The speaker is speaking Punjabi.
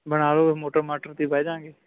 ਬਣਾ ਲਓ ਮੋਟਰ ਮਾਟਰ 'ਤੇ ਬਹਿ ਜਾਵਾਂਗੇ